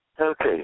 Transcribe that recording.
Okay